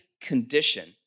condition